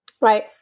Right